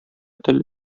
тел